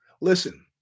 Listen